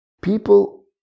People